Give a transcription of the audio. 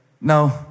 No